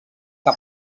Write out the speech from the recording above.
que